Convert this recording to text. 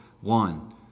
one